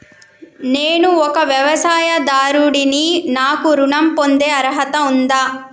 నేను ఒక వ్యవసాయదారుడిని నాకు ఋణం పొందే అర్హత ఉందా?